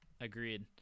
agreed